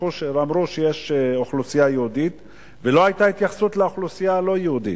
אמרו שיש אוכלוסייה יהודית ולא היתה התייחסות לאוכלוסייה הלא-יהודית,